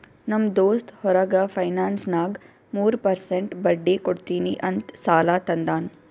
ನಮ್ ದೋಸ್ತ್ ಹೊರಗ ಫೈನಾನ್ಸ್ನಾಗ್ ಮೂರ್ ಪರ್ಸೆಂಟ್ ಬಡ್ಡಿ ಕೊಡ್ತೀನಿ ಅಂತ್ ಸಾಲಾ ತಂದಾನ್